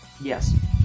Yes